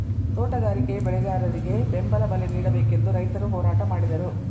ತೋಟಗಾರಿಕೆ ಬೆಳೆಗಾರರಿಗೆ ಬೆಂಬಲ ಬಲೆ ನೀಡಬೇಕೆಂದು ರೈತರು ಹೋರಾಟ ಮಾಡಿದರು